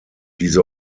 diese